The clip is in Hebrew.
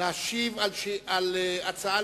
להשיב על הצעה